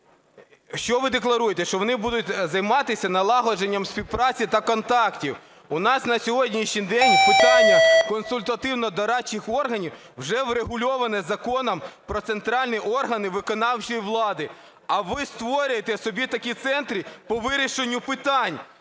Що ви декларуєте? Що вони будуть займатися налагодженням співпраці та контактів. У нас на сьогоднішній день питання консультативно-дорадчих органів вже врегульоване Законом "Про центральні органи виконавчої влади". А ви створюєте собі такі центри по вирішенню питань.